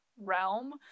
realm